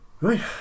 Right